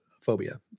phobia